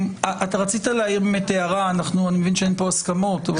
רצית להעיר הערה, אני מבין שאין פה הסכמות.